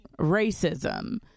racism